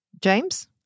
James